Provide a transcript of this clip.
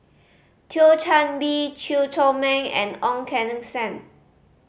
Thio Chan Bee Chew Chor Meng and Ong Keng Sen